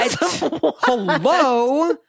Hello